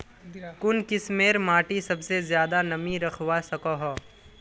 कुन किस्मेर माटी सबसे ज्यादा नमी रखवा सको हो?